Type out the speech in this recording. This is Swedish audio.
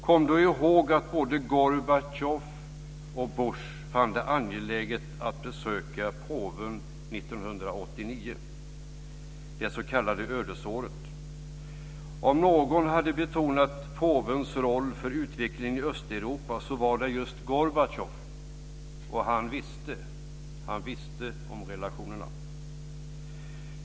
Kom då ihåg att både Gorbatjov och Bush fann det angeläget att besöka påven 1989, det s.k. ödesåret. Om någon har betonat påvens roll för utvecklingen i Östeuropa så är det just Gorbatjov, och han visste. Han kände till relationerna.